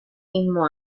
mismo